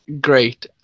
great